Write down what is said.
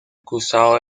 acusado